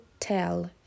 tell